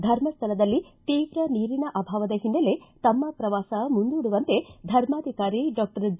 ಧರ್ಮಸ್ಥಳದಲ್ಲಿ ತೀವ್ರ ನೀರಿನ ಅಭಾವದ ಹಿನ್ನೆಲೆ ತಮ್ಮ ಪ್ರವಾಸ ಮುಂದೂಡುವಂತೆ ಧರ್ಮಾಧಿಕಾರಿ ಡಾಕ್ಟರ್ ಡಿ